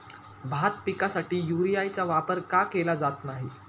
भात पिकासाठी युरियाचा वापर का केला जात नाही?